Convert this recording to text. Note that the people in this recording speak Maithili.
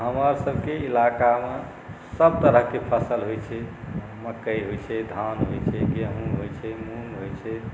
हमर सबके इलाकामे सब तरहके फसल होइ छै मकइ होइ छै धान होइ छै गेहूँ होइ छै मूँग होइ छै